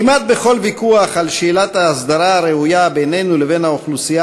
כמעט בכל ויכוח על שאלת ההסדרה הראויה בינינו לבין האוכלוסייה